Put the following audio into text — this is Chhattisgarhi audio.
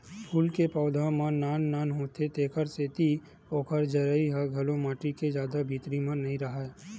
फूल के पउधा मन नान नान होथे तेखर सेती ओखर जरई ह घलो माटी के जादा भीतरी म नइ राहय